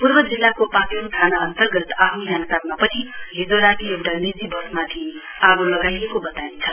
पूर्व जिल्लाको पाक्योङ थाना अन्तर्गत आहू याङताममा पनि हिजो राती एउटा निजी वसमाथि आगो लगाइएको वताइन्छ